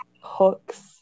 hooks